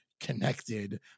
connected